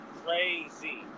crazy